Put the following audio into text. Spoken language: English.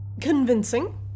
convincing